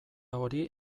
hori